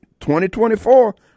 2024